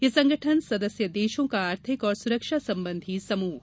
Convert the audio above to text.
यह संगठन सदस्य देशों का आर्थिक और सुरक्षा संबंधी समूह है